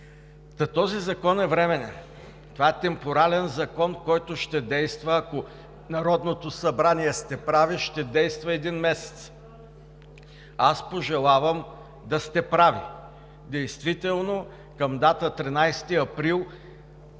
Този закон е временен. Това е темпорален закон, който ще действа, ако Народното събрание сте прави, ще действа един месец. Аз пожелавам да сте прави и действително към дата 13 април